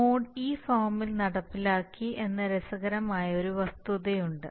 mode ഈ ഫോമിൽ നടപ്പിലാക്കി എന്ന രസകരമായ ഒരു വസ്തുതയുണ്ട്